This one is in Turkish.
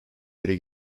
yere